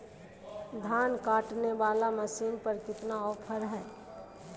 धान काटने वाला मसीन पर कितना ऑफर हाय?